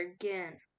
again